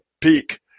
peak